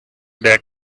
that